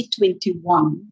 2021